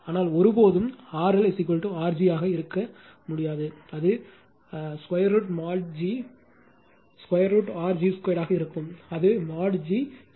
ஆனால் ஒருபோதும் RL R g ஆக இருக்க வேண்டாம் அது √mod g √R g2 ஆக இருக்கும் அது mod g √R g2 x g2